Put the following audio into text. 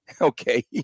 Okay